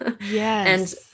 Yes